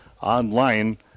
online